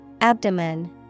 abdomen